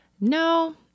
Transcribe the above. No